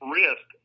risk